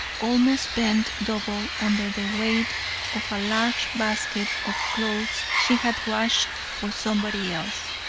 almost bent double under the weight of a large basket of clothes she had washed for somebody else.